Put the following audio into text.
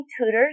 tutors